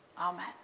Amen